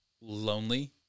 lonely